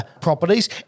properties